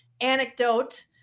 anecdote